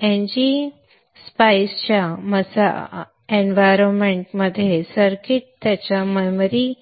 तर ng मसाल्याच्या वातावरणात सर्किट्स त्याच्या मेमरी